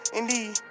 indeed